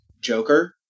Joker